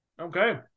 Okay